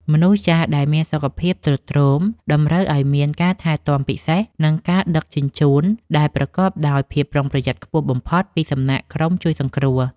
មនុស្សចាស់ដែលមានសុខភាពទ្រុឌទ្រោមតម្រូវឱ្យមានការថែទាំពិសេស និងការដឹកជញ្ជូនដែលប្រកបដោយភាពប្រុងប្រយ័ត្នខ្ពស់បំផុតពីសំណាក់ក្រុមជួយសង្គ្រោះ។